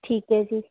ਠੀਕ ਹੈ ਜੀ